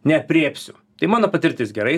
neaprėpsiu tai mano patirtis gerai